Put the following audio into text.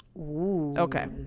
Okay